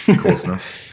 Coarseness